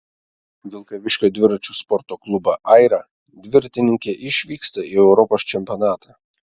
vilkaviškio dviračių sporto klubo aira dviratininkė išvyksta į europos čempionatą